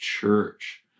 church